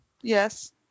Yes